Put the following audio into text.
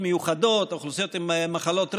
מיוחדות או אוכלוסיות עם מחלות רקע,